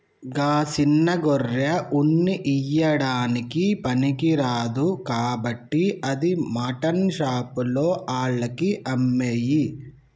గా సిన్న గొర్రె ఉన్ని ఇయ్యడానికి పనికిరాదు కాబట్టి అది మాటన్ షాప్ ఆళ్లకి అమ్మేయి